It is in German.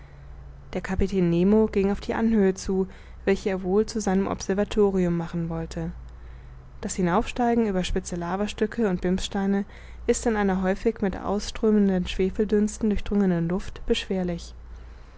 der kapitän nemo ging auf die anhöhe zu welche er wohl zu seinem observatorium machen wollte das hinaufsteigen über spitze lavastücke und bimssteine ist in einer häufig mit ausströmenden schwefeldünsten durchdrungenen luft beschwerlich